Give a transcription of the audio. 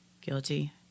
Guilty